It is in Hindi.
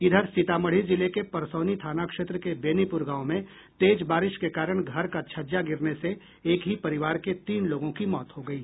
इधर सीतामढ़ी जिले के परसौनी थाना क्षेत्र के बेनीपुर गांव में तेज बारिश के कारण घर का छज्जा गिरने से एक ही परिवार के तीन लोगों की मौत हो गयी